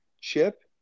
Chip